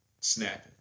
snapping